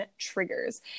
triggers